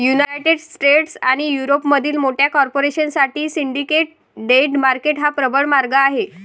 United States आणि युरोपमधील मोठ्या कॉर्पोरेशन साठी सिंडिकेट डेट मार्केट हा प्रबळ मार्ग आहे